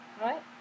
Right